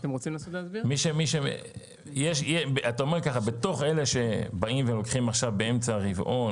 אתה אומר ככה: בתוך אלה שבאים ולוקחים באמצע הרבעון